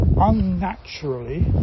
unnaturally